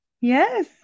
Yes